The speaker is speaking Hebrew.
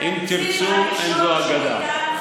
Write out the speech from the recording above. אם תרצו אין זו אגדה.